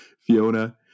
Fiona